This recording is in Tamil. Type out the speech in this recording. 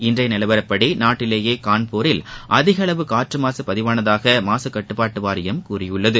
இன்றைய நிலவரப்படி நாட்டிலேயே கான்பூரில் அதிக அளவு காற்று மாசு பதிவானதாக மாசு கட்டுப்பாட்டு வாரியம் கூறியுள்ளது